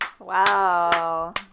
Wow